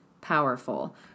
Powerful